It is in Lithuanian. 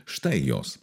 štai jos